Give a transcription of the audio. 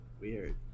Weird